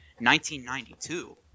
1992